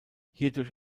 hierdurch